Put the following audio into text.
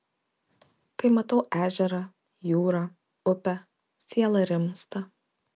kai matau ežerą jūrą upę siela rimsta